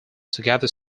together